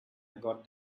got